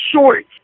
short